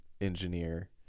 engineer